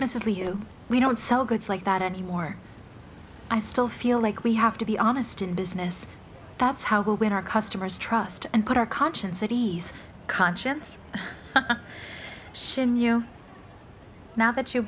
innocently you we don't sell goods like that anymore i still feel like we have to be honest in business that's how when our customers trust and put our conscience at ease conscience she knew now that you